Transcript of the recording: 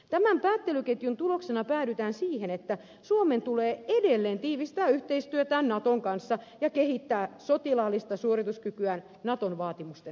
tämän päättelyketjun tuloksena päädytään siihen että suomen tulee edelleen tiivistää yhteistyötään naton kanssa ja kehittää sotilaallista suorituskykyään naton vaatimusten mukaisesti